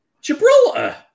Gibraltar